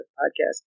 podcast